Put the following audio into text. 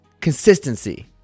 consistency